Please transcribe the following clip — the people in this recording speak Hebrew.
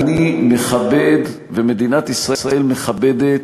אני מכבד ומדינת ישראל מכבדת